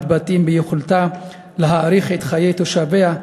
המתבטאים ביכולתה להאריך את חיי תושביה,